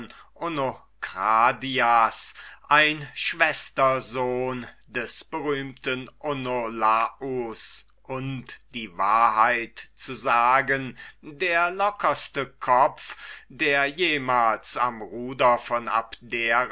onokradias ein schwestersohn des berühmten onolaus und die wahrheit zu sagen der lockerste kopf der jemals am ruder von abdera